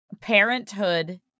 parenthood